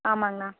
ஆமாங்கண்ணா